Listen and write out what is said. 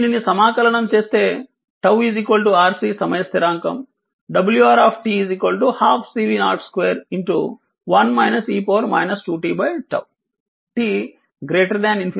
దీనిని సమాకలనం చేస్తే 𝜏 RC సమయ స్థిరాంకం wR 12 CV0 2 1 e 2tT